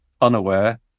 unaware